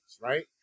right